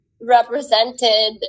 represented